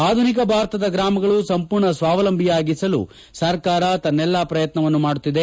ಆಧುನಿಕ ಭಾರತದ ಗ್ರಾಮಗಳು ಸಂಪೂರ್ಣ ಸ್ವಾವಲಂಬಿಯನ್ನಾಗಿಸಲು ಸರ್ಕಾರ ತನ್ನೆಲ್ಲಾ ಪ್ರಯತ್ನವನ್ನು ಮಾಡುತ್ತಿದೆ